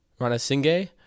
Ranasinghe